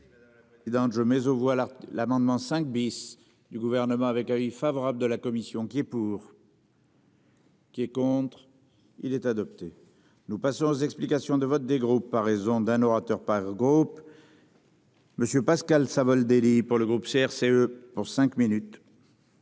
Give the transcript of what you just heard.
dans le jeu mais au voilà l'amendement 5 bis du gouvernement avec avis favorable de la commission qui est pour. Qui est contre, il est adopté. Nous passons aux explications de vote, des groupes à raison d'un orateur par groupe. Monsieur Pascal Savoldelli pour le groupe CRCE pour cinq minutes.